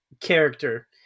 character